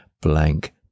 blank